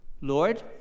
Lord